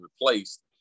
replaced